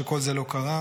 שכל זה לא קרה.